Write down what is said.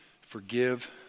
forgive